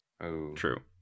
True